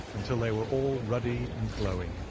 until they were all ruddy and glowing.